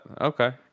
okay